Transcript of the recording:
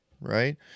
right